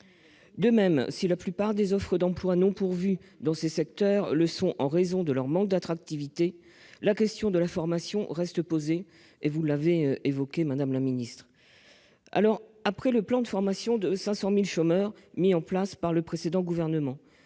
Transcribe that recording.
De même, si la plupart des offres d'emploi non pourvues dans ces secteurs le sont en raison de leur manque d'attractivité, la question de la formation- vous l'avez dit, madame la ministre -reste posée. Après le plan de formation de 500 000 chômeurs mis en place par le précédent gouvernement,